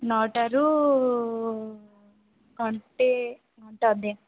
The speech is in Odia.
ନଅଟାରୁ ଘଣ୍ଟେ ଘଣ୍ଟେ ଅଧେ